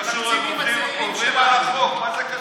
עוברים על החוק, מה זה קשור?